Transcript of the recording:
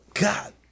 God